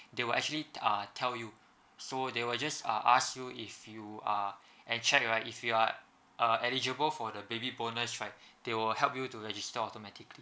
they will actually uh tell you so they will just uh ask you if you are and check right if your are uh eligible for the baby bonus right they will help you to register automatically